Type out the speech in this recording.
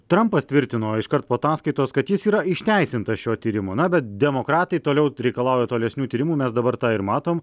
trampas tvirtino iškart po ataskaitos kad jis yra išteisintas šio tyrimo na bet demokratai toliau reikalauja tolesnių tyrimų mes dabar tą ir matom